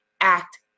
act